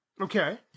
Okay